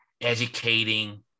educating